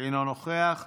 אינו נוכח,